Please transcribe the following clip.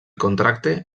contracte